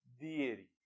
deity